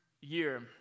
year